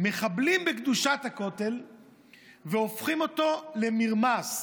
מחבלים בקדושת הכותל והופכים אותו למרמס.